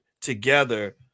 together